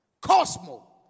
Cosmo